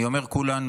אני אומר "כולנו",